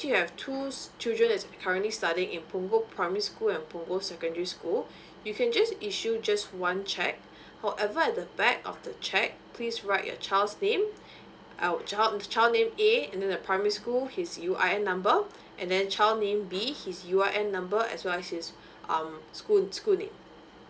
you have two children is currently studying in punggol primary school punggol secondary school you can just issue just one check however the back of the cheque please write your child's name child name A and then the the primary school his U I N number and then child name B his U I N number as well as his um school school name